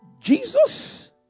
Jesus